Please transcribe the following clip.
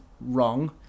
wrong